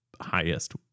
highest